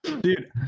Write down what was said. Dude